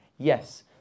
Yes